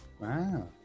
Wow